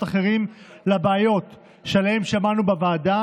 אחרים לבעיות שעליהן שמענו בוועדה,